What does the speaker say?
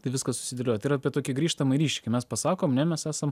tai viskas susidėlioja tai yra apie tokį grįžtamąjį ryšį kai mes pasakom ne mes esam